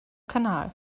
canal